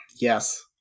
yes